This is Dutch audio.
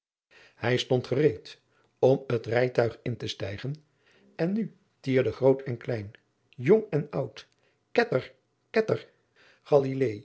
hij stond gereed om het rijtuig in te stijgen en nu tierde groot en klein jong en oud ketter ketter